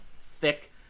thick